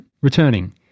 Returning